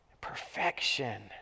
perfection